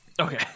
Okay